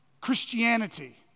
Christianity